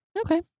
Okay